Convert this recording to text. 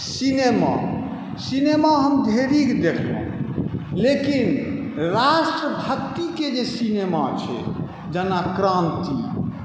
cinema cinema हम ढेरिक देखलहुँ लेकिन राष्ट्रभक्तिके जे सिनेमा छै जेना क्रान्ति